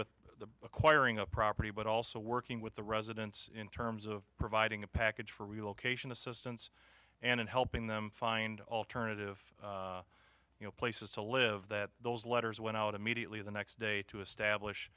with the acquiring of property but also working with the residents in terms of providing a package for relocation assistance and helping them find alternative you know places to live that those letters went out immediately the next day to establish